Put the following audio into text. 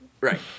right